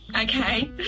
Okay